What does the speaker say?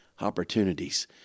opportunities